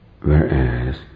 whereas